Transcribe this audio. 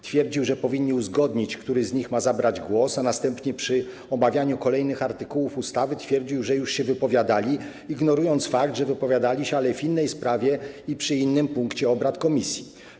Twierdził, że powinni uzgodnić, który z nich ma zabrać głos, a następnie, przy omawianiu kolejnych artykułów ustawy, twierdził, że już się wypowiadali, ignorując fakt, że wypowiadali się, ale w innej sprawie i w innym punkcie obrad komisji.